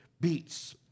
beats